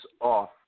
off